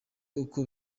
uko